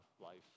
life